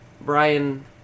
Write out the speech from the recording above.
Brian